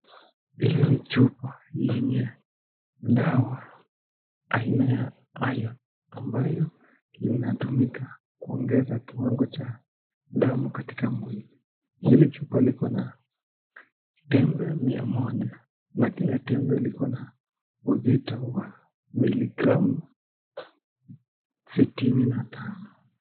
Hili ni chupa lenye dawa aina ya iron ambayo linatumika, kuongeza kiwango cha damu katika mwili. Hili chupa likona tembe mia moja. Na kila tempe liko na uzito wa miligramu sitini na tano.